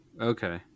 Okay